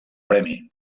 premi